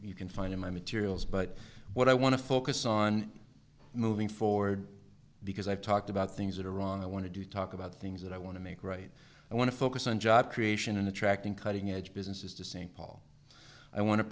you can find in my materials but what i want to focus on moving forward because i've talked about things that are wrong i want to do talk about things that i want to make right i want to focus on job creation in attracting cutting edge businesses to st paul i want to